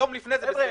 יום לפני זה בסדר.